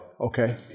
Okay